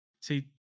see